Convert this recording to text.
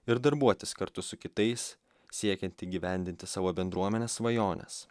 ir darbuotis kartu su kitais siekiant įgyvendinti savo bendruomenės svajones